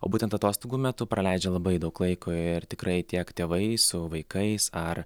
o būtent atostogų metu praleidžia labai daug laiko ir tikrai tiek tėvai su vaikais ar